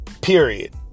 period